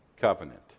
covenant